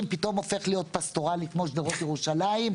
פתאום הופך להיות פסטורלי כמו שדרות ירושלים,